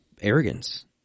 arrogance